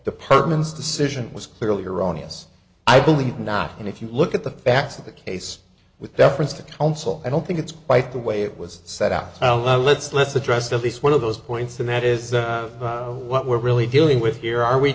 department's decision was clearly erroneous i believe not and if you look at the facts of the case with deference to counsel i don't think it's quite the way it was set out i'll let let's let's address the least one of those points and that is what we're really dealing with here are we